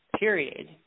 period